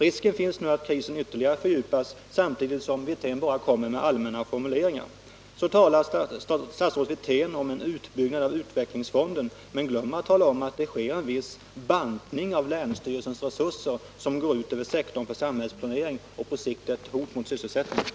Risken finns att krisen nu ytterligare fördjupas, samtidigt som Rolf Wirtén bara svarar med allmänna formuleringar. Statsrådet Wirtén talar om en utbyggnad av utvecklingsfonden. Men han glömmer att tala om att man också föreslår en bantning av länsstyrelsens resurser som går ut över sektorn för samhällsplanering och som på sikt är ett hot mot sysselsättningen.